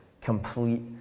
complete